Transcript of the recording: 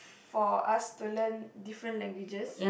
for us to learn different languages